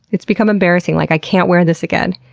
it's become embarrassing, like, i can't wear this again.